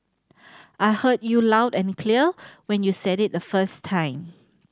I heard you loud and clear when you said it the first time